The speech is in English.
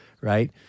right